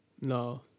no